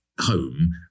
home